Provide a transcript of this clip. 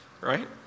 right